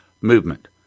movement